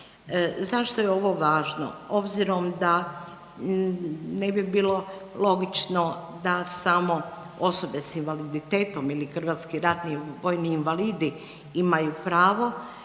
Zašto je ovo važno? Obzirom da ne bi bilo logično da samo osobe s invaliditetom ili hrvatski ratni vojni invalidi imaju pravo